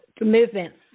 movement